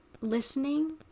listening